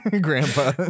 Grandpa